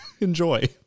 enjoy